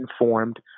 informed